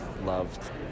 loved